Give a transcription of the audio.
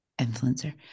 Influencer